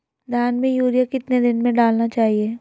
धान में यूरिया कितने दिन में डालना चाहिए?